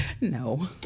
No